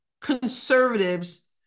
conservatives